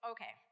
Okay